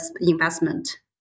investment